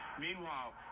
Meanwhile